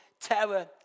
terror